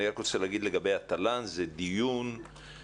אני רק רוצה להגיד לגבי התל"ן, זה דיון עומק,